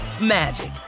magic